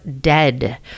dead